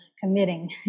committing